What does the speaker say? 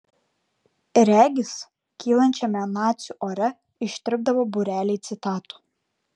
regis kylančiame nacių ore ištirpdavo būreliai citatų